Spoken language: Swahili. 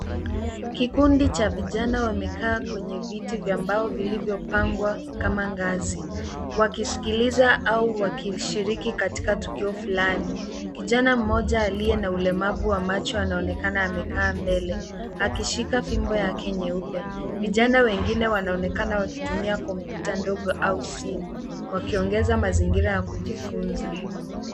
Kikundi cha vijana wamekaa kwenye viti vya mbao vilivyopangwa kama ngazi wakisikiliza au wakishiriki katika tukio fulani. Kijana mmoja aliye na ulemavu wa macho anaonekana amekaa mbele akishika fimbo yake nyeupe. Vijana wengine wanaonekana wakitumia kompyuta ndogo au simu wakiongeza mazingira ya kujifunza.